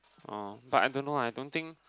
oh but I don't know I don't think